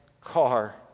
car